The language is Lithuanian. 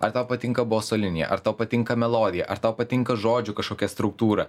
ar tau patinka boso linija ar tau patinka melodija ar tau patinka žodžių kažkokią struktūra